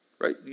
right